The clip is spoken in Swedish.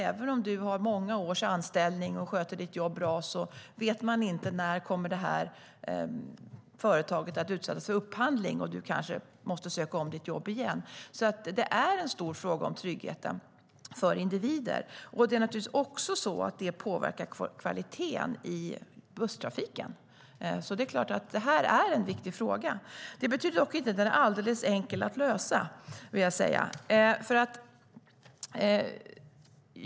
Även om du har många års anställning och sköter ditt jobb bra vet du inte när företaget kommer att utsättas för upphandling och du kanske måste söka om ditt jobb igen. Det är alltså en stor fråga om tryggheten för individer. Detta påverkar naturligtvis också kvaliteten i busstrafiken. Det är klart att det är en viktig fråga. Det betyder dock inte att den är alldeles enkel att lösa, vill jag säga.